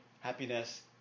happiness